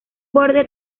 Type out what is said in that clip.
borde